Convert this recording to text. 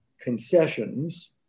concessions